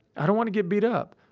i don't want to get beat up.